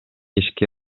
ишке